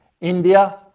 India